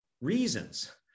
reasons